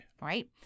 Right